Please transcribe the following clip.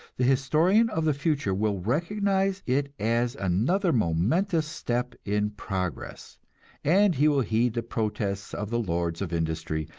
the historian of the future will recognize it as another momentous step in progress and he will heed the protests of the lords of industry,